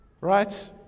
right